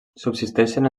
subsisteixen